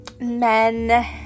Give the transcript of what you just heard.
men